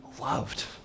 loved